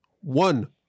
one